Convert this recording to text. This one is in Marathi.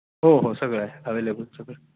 हो हो सगळं आहे अवेलेबल सगळं